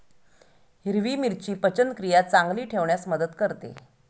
हिरवी मिरची पचनक्रिया चांगली ठेवण्यास मदत करते